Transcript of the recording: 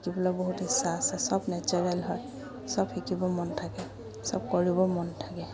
শিকিবলৈ বহুত ইচ্ছা আছে সব নেচাৰেল হয় সব শিকিব মন থাকে সব কৰিব মন থাকে